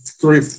three